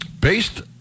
Based